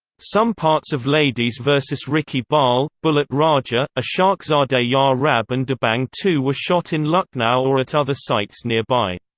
some parts of ladies vs ricky bahl, bullett raja, ishaqzaade ah ya rab and dabangg two were shot in lucknow or at other sites nearby.